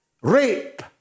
rape